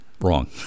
wrong